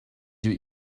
you